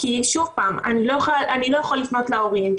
כי אני לא יכול לפנות להורים,